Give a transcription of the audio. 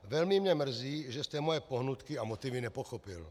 Velmi mě mrzí, že jste moje pohnutky a motivy nepochopil.